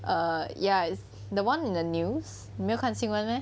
err ya it's the one in the news 没有看新闻 meh